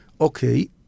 okay